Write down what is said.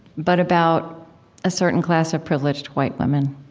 but about a certain class of privileged white women